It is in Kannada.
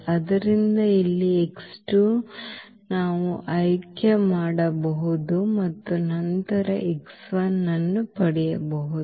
ಆದ್ದರಿಂದ ಇಲ್ಲಿ ನಾವು ಆಯ್ಕೆ ಮಾಡಬಹುದು ಮತ್ತು ನಂತರ ನಾವು ಅನ್ನು ಪಡೆಯಬಹುದು